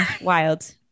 Wild